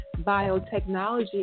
Biotechnology